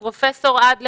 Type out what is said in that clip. פרופסור יהודה אדלר,